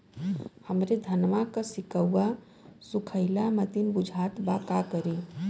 हमरे धनवा के सीक्कउआ सुखइला मतीन बुझात बा का करीं?